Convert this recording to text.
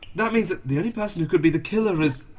that means that the only person who could be the killer is